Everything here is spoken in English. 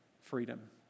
freedom